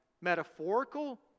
metaphorical